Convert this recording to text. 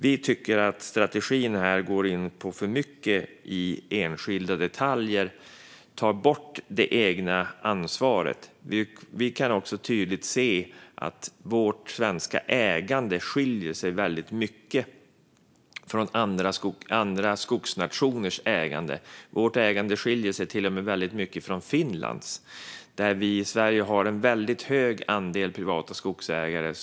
Vi tycker att strategin går in för mycket på enskilda detaljer och tar bort det egna ansvaret. Vi kan också tydligt se att vårt svenska ägande skiljer sig mycket från ägandet i andra skogsnationer. Det skiljer sig till och med mycket från Finlands. I Sverige har vi en stor andel privata skogsägare.